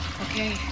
okay